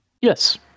Yes